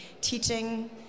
teaching